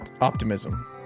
Optimism